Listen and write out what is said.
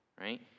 right